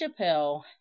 Chappelle